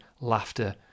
laughter